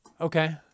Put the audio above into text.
Okay